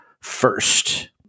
first